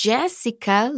Jessica